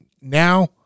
Now